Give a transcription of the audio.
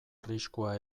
arriskua